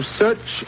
search